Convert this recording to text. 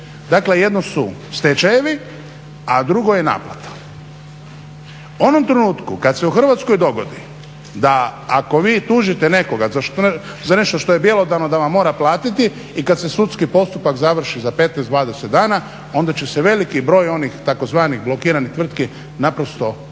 Dakle jedno su stečajevi, a drugo je naplata. U onom trenutku kad se u Hrvatskoj dogodi da ako vi tužite nekoga za nešto što je bjelodano da vam mora platiti i kad se sudski postupak završi za 15, 20 dana onda će se veliki broj onih tzv. blokiranih tvrtki naprosto izbrisati.